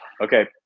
okay